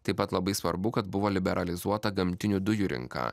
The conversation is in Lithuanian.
taip pat labai svarbu kad buvo liberalizuota gamtinių dujų rinka